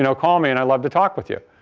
and call me and i'd love to talk with you.